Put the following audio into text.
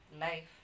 life